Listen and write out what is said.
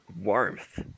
Warmth